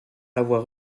avoir